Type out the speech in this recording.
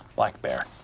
black bear.